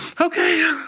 okay